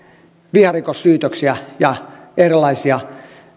viharikossyytöksiä ja erilaisia